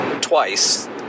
twice